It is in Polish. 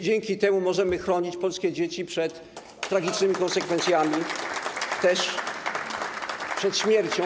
Dzięki temu możemy chronić polskie dzieci przed tragicznymi konsekwencjami, też przed śmiercią.